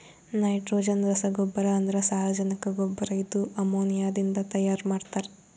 nitrogen ರಸಗೊಬ್ಬರ ಅಂದ್ರ ಸಾರಜನಕ ಗೊಬ್ಬರ ಇದು ಅಮೋನಿಯಾದಿಂದ ತೈಯಾರ ಮಾಡ್ತಾರ್